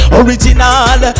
original